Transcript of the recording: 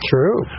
True